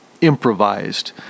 improvised